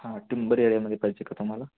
हां टीम्बर एरियामध्ये पाहिजे का तुम्हाला